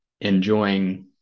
enjoying